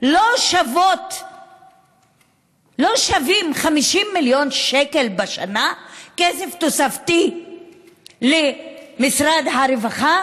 לא שווים 50 מיליון שקל בשנה כסף תוספתי למשרד הרווחה?